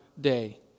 day